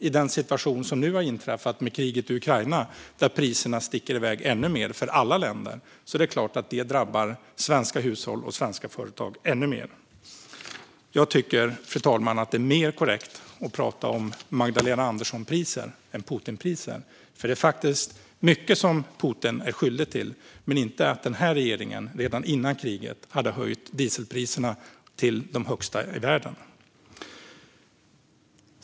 I den situation som nu har uppstått med kriget i Ukraina, vilket gör att priserna sticker iväg ännu mer för alla länder, är det klart att det drabbar svenska hushåll och svenska företag ännu mer. Jag tycker, fru talman, att det är mer korrekt att prata om Magdalena Andersson-priser än om Putinpriser. Det är mycket som Putin är skyldig till men inte till att den här regeringen redan före kriget hade höjt dieselpriserna så att de var de högsta i världen.